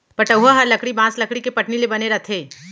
पटउहॉं हर लकड़ी, बॉंस, लकड़ी के पटनी ले बने रथे